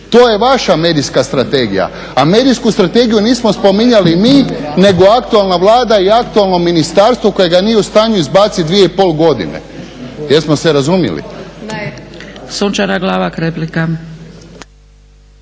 To je vaša medijska strategija. A medijsku strategiju nismo spominjali mi nego aktualna Vlada i aktualno ministarstvo koje ga nije u stanju izbaciti 2,5 godine. Jesmo se razumjeli?